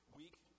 week